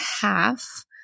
half